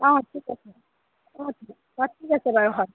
অঁ ঠিক আছে অঁ ঠিক আছে অঁ ঠিক আছে বাৰু হয়